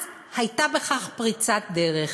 אז הייתה בכך פריצת דרך.